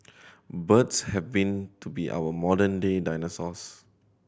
birds have been to be our modern day dinosaurs